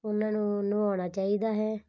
ਉਹਨਾਂ ਨੂੰ ਨਹਾਉਣਾ ਚਾਹੀਦਾ ਹੈ